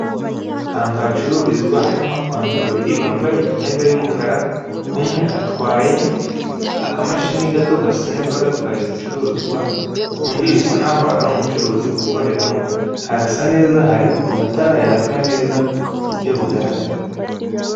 Ahantu hacururizwa harimo abantu babiri bambaye imyenda y'umukara, umwe atwaye akamashini gato gasuneka gatwaye ibicuruzwa, undi bisa n'aho ari umucuruzi ukoreramo, harasa neza hari amatara yaka neza ku buryo bugaragara.